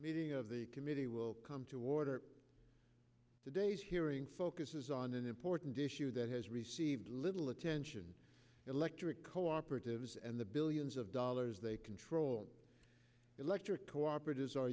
meeting of the committee will come to order today's hearing focuses on an important issue that has received little attention electric cooperatives and the billions of dollars they control on electric cooperatives are